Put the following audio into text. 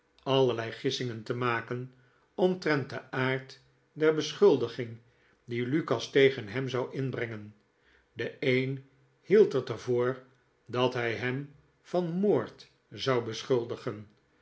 allerlei gissingen te maken omtrent den aard der beschuldiging die lukas tegen hem zou inbrengen de een hield het er voor dat hij hem van moord zou beschuldigen